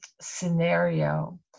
scenario